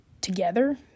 together